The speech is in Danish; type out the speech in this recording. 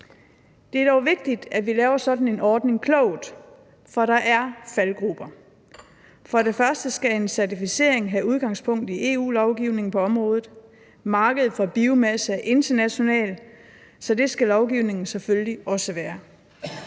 Det er dog vigtigt, at vi laver sådan en ordning klogt, for der er faldgruber. For det første skal en certificering have udgangspunkt i EU-lovgivning på området; markedet for biomasse er internationalt, så det skal lovgivningen selvfølgelig også være.